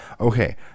Okay